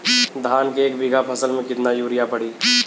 धान के एक बिघा फसल मे कितना यूरिया पड़ी?